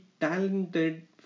talented